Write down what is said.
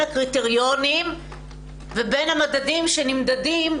בין הקריטריונים ובין המדדים שנמדדים,